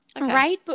right